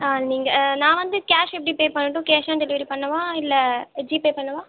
ஆ நீங்கள் நான் வந்து கேஷ் எப்படி பே பண்ணட்டும் கேஷ் ஆன் டெலிவரி பண்ணவா இல்லை ஜிபே பண்ணவா